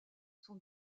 sont